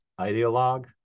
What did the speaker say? ideologue